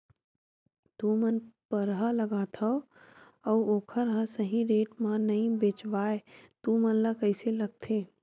तू मन परहा लगाथव अउ ओखर हा सही रेट मा नई बेचवाए तू मन ला कइसे लगथे?